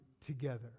together